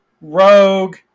Rogue